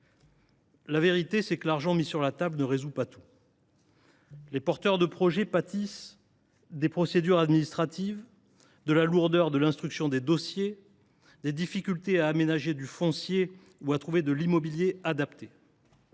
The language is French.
La vérité, c’est que l’argent mis sur la table ne résout pas tout. Les porteurs de projet pâtissent de la complexité des procédures administratives, de la lourdeur de l’instruction des dossiers, des difficultés à aménager du foncier ou à trouver de l’immobilier adapté.